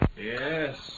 Yes